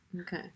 Okay